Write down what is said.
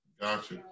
Gotcha